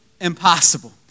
impossible